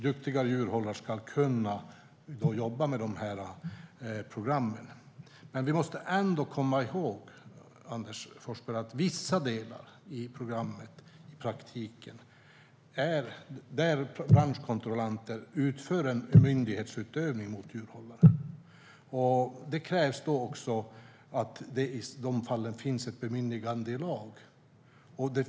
Duktiga djurhållare ska kunna jobba med de här programmen. Men vi måste komma ihåg, Anders Forsberg, att vissa delar av programmet i praktiken innebär att branschkontrollanter utför myndighetsutövning mot djurhållaren. I de fallen krävs det att det finns ett bemyndigande i lag.